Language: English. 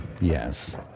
yes